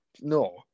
No